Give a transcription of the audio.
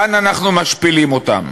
כאן אנחנו משפילים אותן.